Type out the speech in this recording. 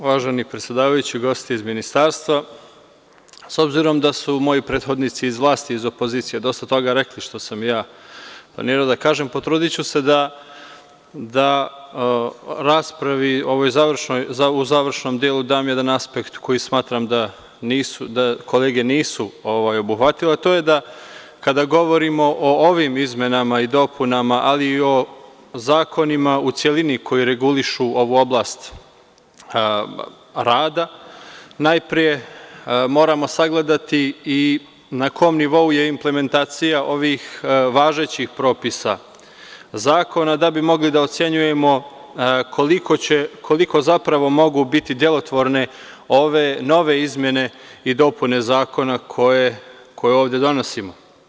Uvaženi predsedavajući, gosti iz Ministarstva, s obzirom da su moji prethodnici iz vlasti i opozicije dosta toga rekli što sam ja planirao da kažem, potrudiću se da u završnom delu dam jedan aspekt koji smatram da kolege nisu obuhvatile, a to je da, kada govorimo o ovim izmenama i dopunama, ali i o zakonima u celini koji regulišu ovu oblast rada, najpre moramo sagledati i na kom je nivou implementacija ovih važećih propisa zakona, da bi mogli da ocenjujemo koliko zapravo mogu biti delotvorne ove nove izmene i dopune zakona koje ovde donosimo.